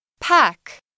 Pack